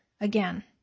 again